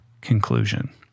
conclusion